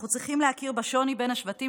אנחנו צריכים להכיר בשוני בין השבטים